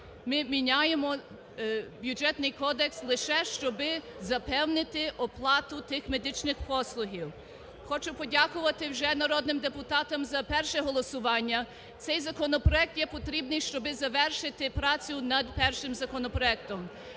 Ми міняємо Бюджетний кодекс лише, щоб запевнити оплату тих медичних послуг. Хочу подякувати вже народним депутатам за перше голосування. Цей законопроект є потрібний, щоб завершити працю над першим законопроектом.